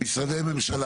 יש משרדי ממשלה